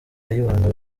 kayibanda